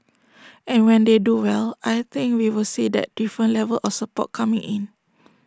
and when they do well I think we will see that different level of support coming in